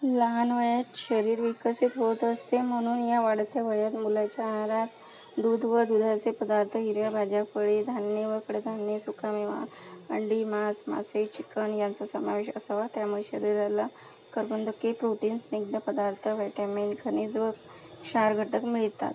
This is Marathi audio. लहान वयात शरीर विकसित होत असते म्हणून या वाढत्या वयात मुलाच्या आहारात दूध व दुधाचे पदार्थ हिरव्या भाज्या फळे धान्य व कडधान्य सुका मेवा अंडी मास मासे चिकन यांचा समावेश असावा त्यामुळे शरीराला कर्बोदके प्रोटीन्स स्निग्ध पदार्थ वायटॅमिन खनिज व क्षार घटक मिळतात